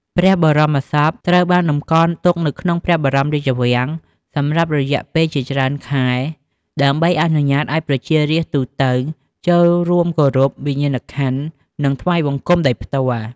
ព្រះបរមសពត្រូវបានតម្កល់ទុកនៅក្នុងព្រះបរមរាជវាំងសម្រាប់រយៈពេលជាច្រើនខែ ដើម្បីអនុញ្ញាតឱ្យប្រជារាស្ត្រទូទៅចូលរួមគោរពវិញ្ញាណក្ខន្ធ និងថ្វាយបង្គំដោយផ្ទាល់។